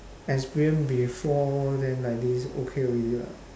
experience before then like this okay already lah